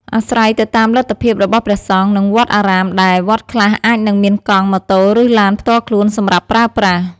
អាស្រ័យទៅតាមលទ្ធភាពរបស់ព្រះសង្ឃ និងវត្តអារាមដែរ វត្តខ្លះអាចនឹងមានកង់ ម៉ូតូ ឬ ឡានផ្ទាល់ខ្លួនសម្រាប់ប្រើប្រាស់។